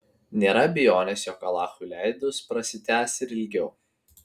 nėra abejonės jog alachui leidus prasitęs ir ilgiau